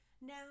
Now